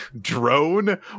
drone